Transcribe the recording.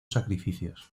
sacrificios